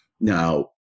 Now